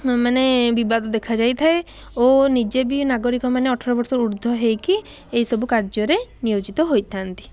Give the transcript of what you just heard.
ମାନେ ବିବାଦ ଦେଖାଯାଇ ଥାଏ ଓ ନିଜେ ବି ନାଗରିକମାନେ ଅଠର ବର୍ଷରୁ ଉର୍ଦ୍ଧ୍ଵ ହୋଇକି ଏଇ ସବୁ କାର୍ଯ୍ୟରେ ନିୟୋଜିତ ହୋଇଥାନ୍ତି